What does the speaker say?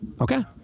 Okay